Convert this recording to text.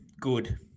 Good